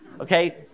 okay